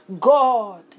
God